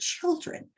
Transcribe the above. children